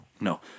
No